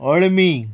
अळमी